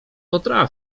potra